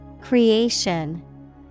Creation